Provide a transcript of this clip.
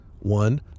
One